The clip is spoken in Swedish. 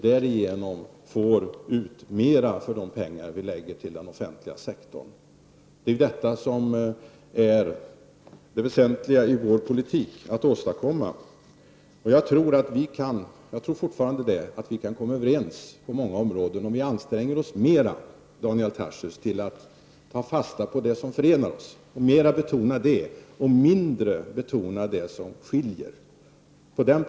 Därigenom får man ut mera för de pengar som man tillför den offentliga sektorn. Det är att åstadkomma detta som är det väsentliga i moderaternas politik. Daniel Tarschys, jag tror att vi kan komma överens på många områden om vi anstränger oss för att mera ta fasta på och betona det som förenar oss och mindre betonar det som skiljer oss åt.